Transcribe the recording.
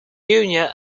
junior